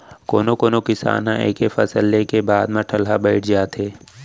कोनो कोनो किसान ह एके फसल ले के बाद म ठलहा बइठ जाथे